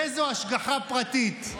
איזו השגחה פרטית.